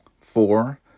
four